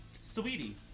Sweetie